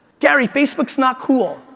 gary, facebook's not cool.